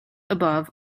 above